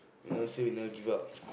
you never say you never give up